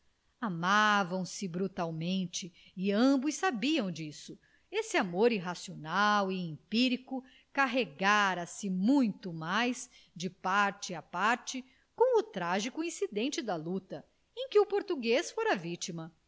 bodes amavam-se brutalmente e ambos sabiam disso esse amor irracional e empírico carregara se muito mais de parte a parte com o trágico incidente da luta em que o português fora vitima